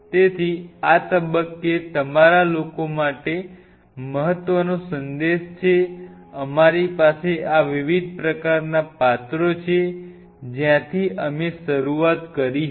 તેથી આ તબક્કે તમારા લોકો માટે મહત્વનો સંદેશ છે અમારી પાસે આ વિવિધ પ્રકારના પાત્રો છે જ્યાંથી અમે શરૂઆત કરી હતી